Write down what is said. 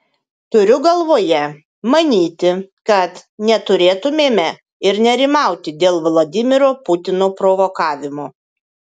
turiu galvoje manyti kad neturėtumėme ir nerimauti dėl vladimiro putino provokavimo